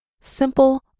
Simple